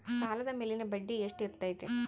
ಸಾಲದ ಮೇಲಿನ ಬಡ್ಡಿ ಎಷ್ಟು ಇರ್ತೈತೆ?